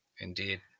Indeed